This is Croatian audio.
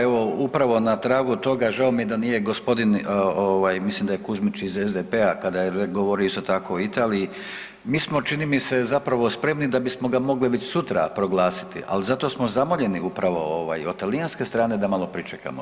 Evo upravo na tragu toga žao mi je da nije gospodin ovaj mislim da je Kuzmić iz SDP-a kada je govorio isto tako o Italiji, mi smo čini mi se zapravo spremni da bismo ga mogli već sutra proglasiti, al zato smo zamoljeni upravo ovaj od talijanske strane da malo pričekamo.